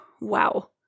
wow